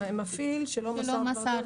מפעיל שלא מסר